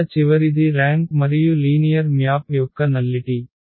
ఇక్కడ చివరిది ర్యాంక్ మరియు లీనియర్ మ్యాప్ యొక్క నల్లిటి